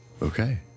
okay